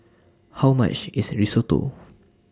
How much IS Risotto